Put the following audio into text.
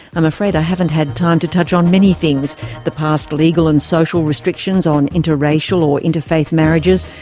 i'm afraid i haven't had time to touch on many things the past legal and social restrictions on interracial or interfaith marriages,